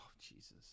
Jesus